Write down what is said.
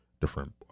different